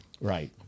Right